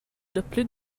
daplü